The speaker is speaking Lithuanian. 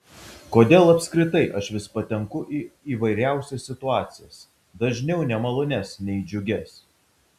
kodėl apskritai aš vis patenku į įvairiausias situacijas dažniau nemalonias nei džiugias